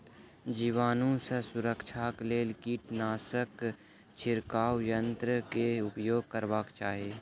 जीवाणु सॅ सुरक्षाक लेल कीटनाशक छिड़काव यन्त्र के उपयोग करबाक चाही